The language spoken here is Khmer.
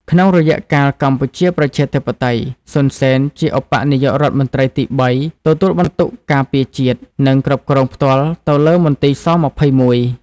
ក្នុងរយៈកាលកម្ពុជាប្រជាធិបតេយ្យ សុន សេន ជាឧបនាយករដ្ឋមន្ត្រីទីបី ទទួលបន្ទុកការពារជាតិ និងគ្រប់គ្រង់ផ្ទាល់ទៅលើមន្ទីរស២១។